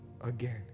again